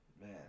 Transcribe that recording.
Man